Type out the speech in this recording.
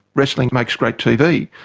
wrestling makes great tv.